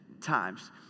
times